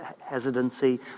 hesitancy